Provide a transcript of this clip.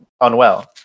unwell